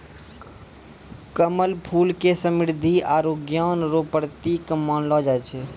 कमल फूल के समृद्धि आरु ज्ञान रो प्रतिक मानलो जाय छै